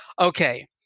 Okay